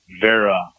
Vera